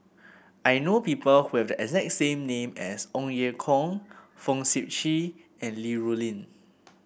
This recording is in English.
I know people who have the exact same name as Ong Ye Kung Fong Sip Chee and Li Rulin